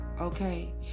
okay